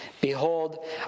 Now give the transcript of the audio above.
Behold